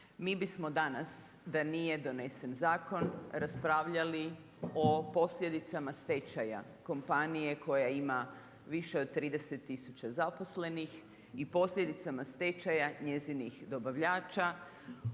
Mi bismo danas, da nije donesen zakon, raspravljali o posljedicama stečaja kompanije koja ima više od 30 tisuća zaposlenih i posljedicama stečaja njezinih dobavljača